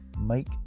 Make